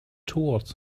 towards